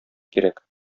кирәк